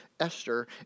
Esther